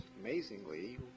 amazingly